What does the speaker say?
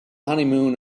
honeymoon